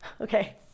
okay